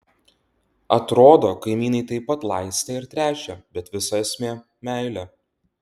atrodo kaimynai taip pat laistė ir tręšė bet visa esmė meilė